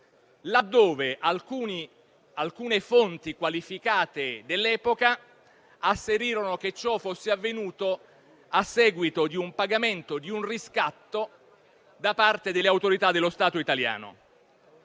laddove alcune fonti qualificate dell'epoca asserirono che ciò fosse avvenuto a seguito del pagamento di un riscatto da parte delle autorità dello Stato italiano.